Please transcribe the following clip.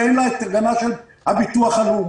ואין לה את ההגנה של הביטוח הלאומי,